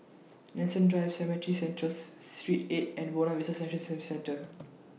Nanson Drive Cemetry Central Street eight and Buona Vista Service Centre